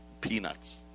peanuts